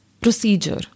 procedure